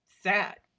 sad